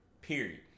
period